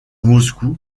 moscou